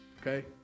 okay